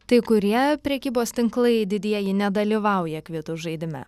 tai kurie prekybos tinklai didieji nedalyvauja kvitų žaidime